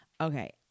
Okay